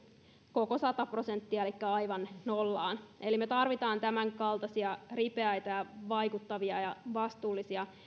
koko sata prosenttia elikkä aivan nollaan eli me tarvitsemme tämänkaltaisia ripeitä vaikuttavia ja vastuullisia